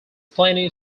plenty